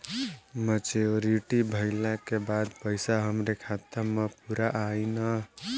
Maturity भईला के बाद पईसा हमरे खाता म पूरा आई न?